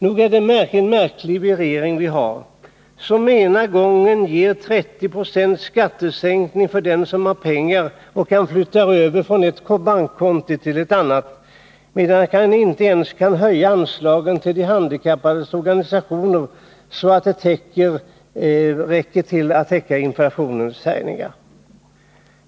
Nog är det en märklig regering vi har, som ger 30 90 skattesänkning för den som har pengar och kan flytta över dem från ett bankkonto till ett annat, medan man inte ens kan höja anslagen till de handikappades organisationer så att de räcker till att täcka inflationens härjningar.